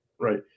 right